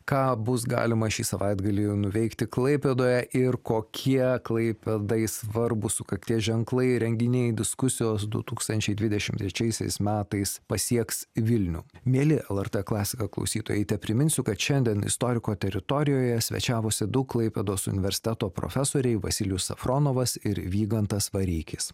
ką bus galima šį savaitgalį nuveikti klaipėdoje ir kokie klaipėdai svarbūs sukakties ženklai renginiai diskusijos du tūkstančiai dvidešim trečiaisiais metais pasieks vilnių mieli lrt klasika klausytojai tepriminsiu kad šiandien istoriko teritorijoje svečiavosi du klaipėdos universiteto profesoriai vasilijus safronovas ir vygantas vareikis